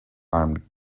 armed